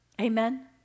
Amen